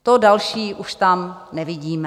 To další už tam nevidíme.